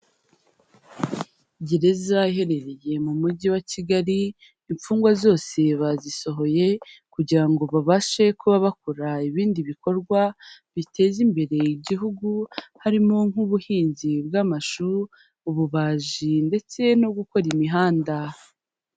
Gereza iherereye mu mujyi wa Kigali, imfungwa zose bazisohoye kugira ngo babashe kuba bakora ibindi bikorwa biteza imbere igihugu harimo nk'ubuhinzi bw'amashuri, ububaji ndetse no gukora imihanda.